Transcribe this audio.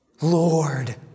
Lord